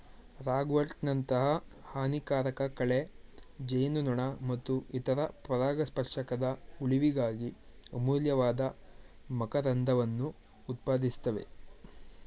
ರಾಗ್ವರ್ಟ್ನಂತಹ ಹಾನಿಕಾರಕ ಕಳೆ ಜೇನುನೊಣ ಮತ್ತು ಇತರ ಪರಾಗಸ್ಪರ್ಶಕದ ಉಳಿವಿಗಾಗಿ ಅಮೂಲ್ಯವಾದ ಮಕರಂದವನ್ನು ಉತ್ಪಾದಿಸ್ತವೆ